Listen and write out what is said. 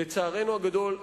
לצערנו הגדול,